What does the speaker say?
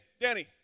Danny